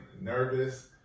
nervous